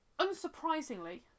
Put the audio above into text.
Unsurprisingly